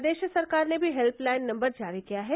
प्रदेश सरकार ने भी हेल्पलाइन नम्बर जारी किया है